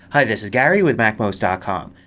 hi, this is gary with macmost ah com.